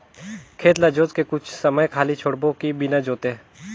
खेत ल जोत के कुछ समय खाली छोड़बो कि बिना जोते?